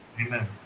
Amen